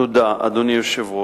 1 2. תודה, אדוני היושב-ראש.